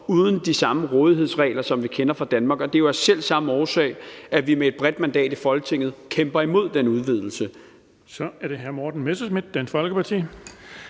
uden de samme rådighedsregler, som vi kender fra Danmark. Det er jo af selv samme årsag, at vi med et bredt mandat i Folketinget kæmper imod den udvidelse. Kl. 14:34 Den fg. formand (Erling